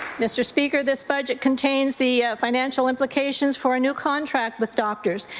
mr. speaker, this budget contains the financial implications for a new contract with doctors,